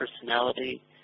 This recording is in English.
personality